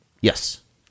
Yes